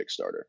kickstarter